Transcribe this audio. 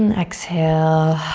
and exhale.